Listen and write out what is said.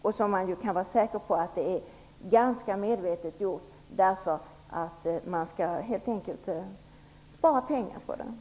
Och man kan vara säker på att det är ganska medvetet gjort för att spara pengar.